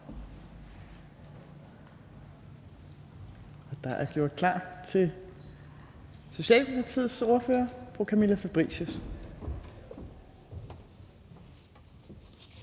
der er gjort klar til Socialdemokratiets ordfører, fru Camilla Fabricius.